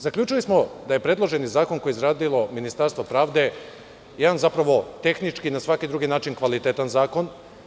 Zaključili smo da je predloženi zakon koje je izradilo Ministarstvo pravde jedan zapravo tehnički i na svaki drugi način kvalitetan zakon.